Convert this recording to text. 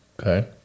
Okay